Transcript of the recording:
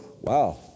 wow